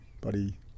buddy